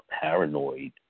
paranoid